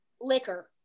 liquor